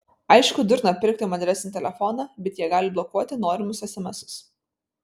aišku durna pirkti mandresnį telefoną bet jie gali blokuoti norimus esemesus